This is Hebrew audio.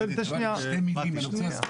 שתי מילים, שנייה.